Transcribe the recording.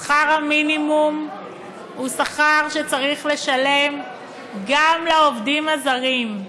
שכר המינימום הוא שכר שצריך לשלם גם לעובדים הזרים.